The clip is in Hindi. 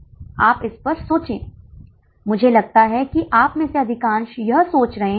इसलिए आपको कई सम विच्छेद बिंदु मिलते हैं आप समझ रहे हैं